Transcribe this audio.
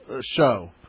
show